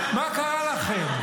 מה קרה לכם?